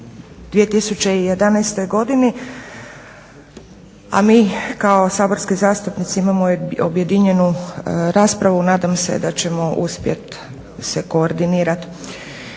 2011. godini a mi kao saborski zastupnici imamo objedinjenu raspravu nadam se da ćemo uspjeti se koordinirati.